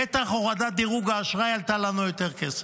בטח הורדת דירוג האשראי עלתה לנו יותר כסף.